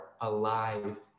alive